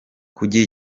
kugira